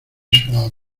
suave